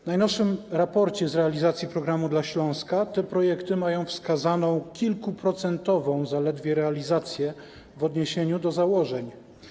W najnowszym raporcie z realizacji programu dla Śląska te projekty mają wskazaną zaledwie kilkuprocentową realizację w odniesieniu do założeń.